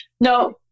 no